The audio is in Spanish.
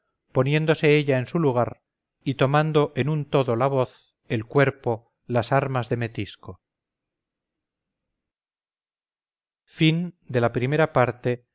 poniéndose ella en su lugar y tomando en un todo la voz el cuerpo las armas de metisco cual negra golondrina que revolotea alrededor de la